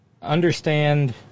Understand